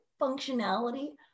functionality